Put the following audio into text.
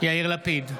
יאיר לפיד,